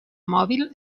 mòbil